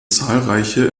zahlreiche